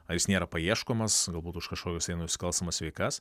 ar jis nėra paieškomas galbūt už kažkokias tai nusikalstamas veikas